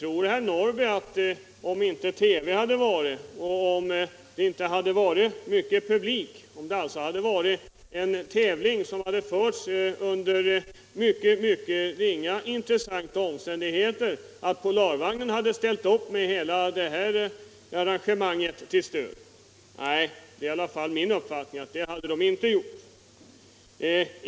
Om inte TV hade varit, om arrangemangen inte dragit stor publik och om det gällt en tävling som gått under mycket litet intressanta omständigheter, tror herr Norrby att Polarvagnen då hade ställt upp för att stödja den? Nej, det hade man inte gjort.